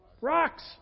Rocks